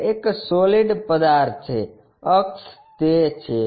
તે એક સોલીડ પદાર્થ છે અક્ષ તે છે